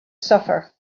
suffer